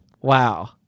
Wow